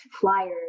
flyers